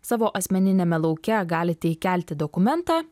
savo asmeniniame lauke galite įkelti dokumentą